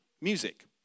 music